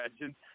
imagine